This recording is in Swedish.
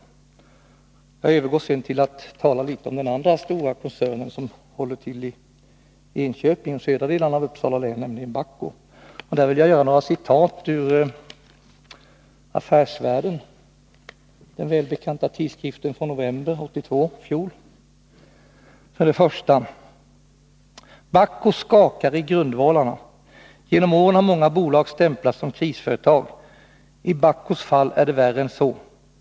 Nr 128 Jag övergår sedan till att tala litet om den andra stora koncernen som håller Måndagen den tilli Enköping, alltså i de södra delarna av Uppsala län, nämligen Bahco. Där 25 april 1983 vill jag gärna citera ur den välbekanta tidskriften Affärsvärlden, novembernumret 1982: Om verksamheten ”Bahco skakar i grundvalarna. Genom åren har många bolag stämplats — vid verkstadsfösom krisföretag. I Bahcos fall är det värre än så.